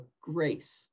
grace